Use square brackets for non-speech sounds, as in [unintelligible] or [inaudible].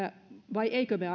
vai emmekö me [unintelligible]